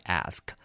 ask